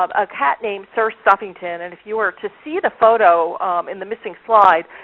um a cat named sir stuffington, and if you were to see the photo in the missing slide,